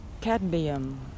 cadmium